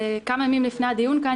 כמה ימים לפני הדיון כאן,